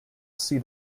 see